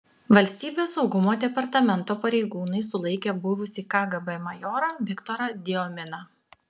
valstybės saugumo departamento pareigūnai sulaikė buvusį kgb majorą viktorą diominą